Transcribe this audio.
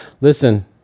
listen